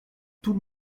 tout